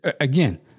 Again